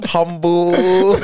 Humble